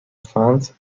fans